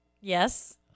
Yes